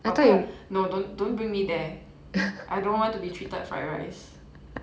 no don't don't bring me there I don't want to be treated fried rice